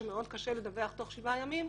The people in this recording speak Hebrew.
שמאוד קשה לדווח תוך שבעה ימים,